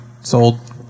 Sold